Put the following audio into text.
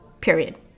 period